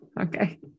Okay